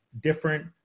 different